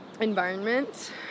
environment